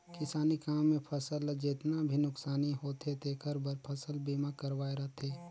किसानी काम मे फसल ल जेतना भी नुकसानी होथे तेखर बर फसल बीमा करवाये रथें